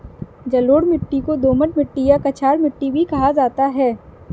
जलोढ़ मिट्टी को दोमट मिट्टी या कछार मिट्टी भी कहा जाता है